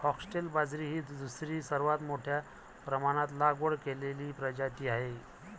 foxtail बाजरी ही दुसरी सर्वात मोठ्या प्रमाणात लागवड केलेली प्रजाती आहे